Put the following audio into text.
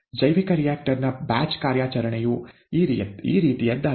ಜೈವಿಕ ರಿಯಾಕ್ಟರ್ ನ ಬ್ಯಾಚ್ ಕಾರ್ಯಾಚರಣೆಯು ಈ ರೀತಿಯದ್ದಾಗಿದೆ